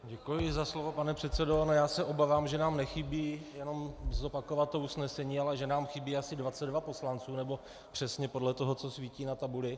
Děkuji za slovo, pane předsedo, ale já se obávám, že nám nechybí jenom zopakovat to usnesení, ale že nám chybí asi 22 poslanců, nebo přesně podle toho, co svítí na tabuli.